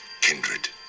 kindred